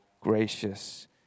gracious